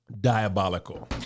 diabolical